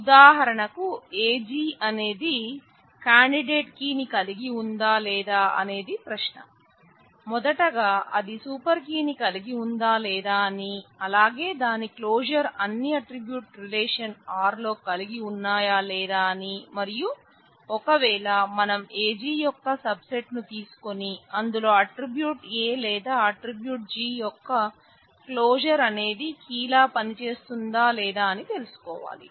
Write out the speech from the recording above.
ఉదాహారణకు AG అనేది candidate key అన్ని attributes relation R లో కలిగి ఉన్నాయా లేదా అని మరియు ఒక వేళ మనం AG యొక్క సబ్ సెట్ ను తీసుకొని అందులో ఆట్రిబ్యూట్ A లేదా ఆట్రిబ్యూట్ G యొక్క క్లోజర్ అనేది కీ లా పనిచేస్తుందా లేదా అని తెలుసుకోవాలి